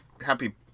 happy